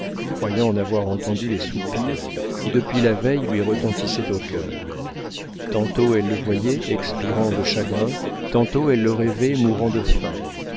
croyant en avoir entendu les soupirs qui depuis la veille lui retentissaient au cœur tantôt elle le voyait expirant de chagrin tantôt elle le rêvait mourant de faim